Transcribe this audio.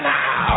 now